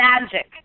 magic